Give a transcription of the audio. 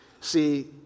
See